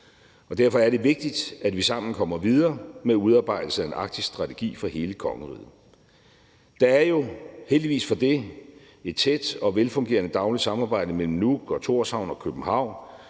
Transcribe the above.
derfor er det vigtigt, at vi sammen kommer videre med udarbejdelsen af en arktisk strategi for hele kongeriget. Der er jo – heldigvis for det – et tæt og velfungerende dagligt samarbejde mellem Nuuk, Tórshavn og København